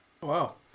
Wow